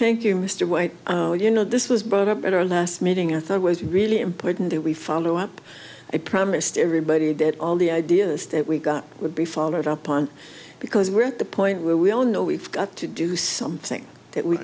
you mr white you know this was brought up at our last meeting i thought was really important that we follow up i promised everybody that all the ideas that we got would be followed up on because we're at the point where we all know we've got to do something that we